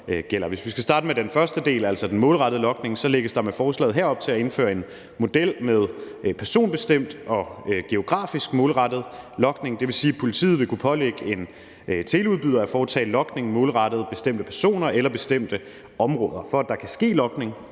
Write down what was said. Hvis vi skal starte med den første del, altså den målrettede logning, lægges der med lovforslaget her op til at indføre en model med personbestemt og geografisk målrettet logning; det vil sige, at politiet vil kunne pålægge en teleudbyder at foretage logning målrettet bestemte personer eller bestemte områder. For at der kan ske logning,